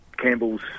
Campbell's